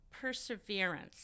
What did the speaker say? perseverance